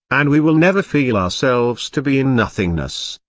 and we will never feel ourselves to be in nothingness.